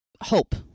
hope